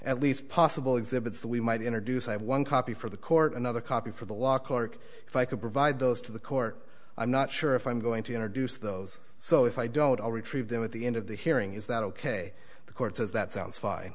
at least possible exhibits that we might introduce i have one copy for the court another copy for the law clerk if i could provide those to the court i'm not sure if i'm going to introduce those so if i don't all retrieve them at the end of the hearing is that ok the court says that sounds fine